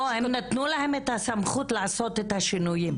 לא, הם נתנו להם את הסמכות לעשות את השינויים.